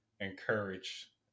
encourage